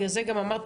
בגלל זה גם אמרתי,